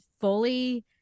fully